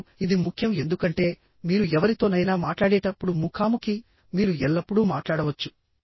ఇప్పుడు ఇది ముఖ్యం ఎందుకంటే మీరు ఎవరితోనైనా మాట్లాడేటప్పుడు ముఖాముఖి మీరు ఎల్లప్పుడూ మాట్లాడవచ్చు